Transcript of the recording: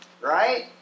right